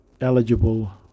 eligible